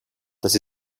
das